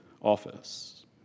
office